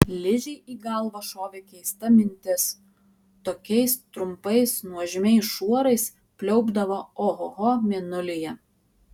ližei į galvą šovė keista mintis tokiais trumpais nuožmiais šuorais pliaupdavo ohoho mėnulyje